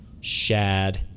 Shad